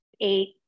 eight